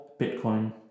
Bitcoin